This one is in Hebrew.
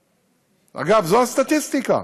אגב, זו הסטטיסטיקה.